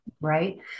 right